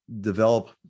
develop